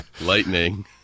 lightning